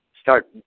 start